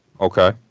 Okay